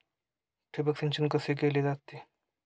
ठिबक सिंचन कसे केले जाते?